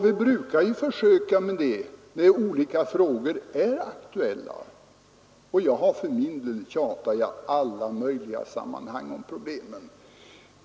Vi brukar försöka göra det när olika frågor är aktuella, och jag har tjatat i alla möjliga sammanhang om dessa problem.